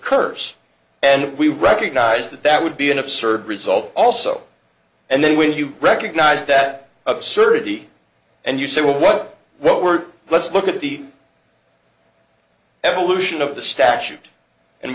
occurs and we recognize that that would be an absurd result also and then when you recognize that absurdity and you say well what what we're let's look at the evolution of the statute and